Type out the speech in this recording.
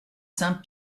saint